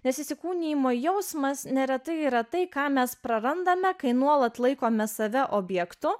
nes įsikūnijimo jausmas neretai yra tai ką mes prarandame kai nuolat laikome save objektu